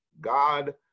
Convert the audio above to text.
God